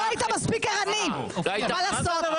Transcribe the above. לא היית מספיק ערני, מה לעשות?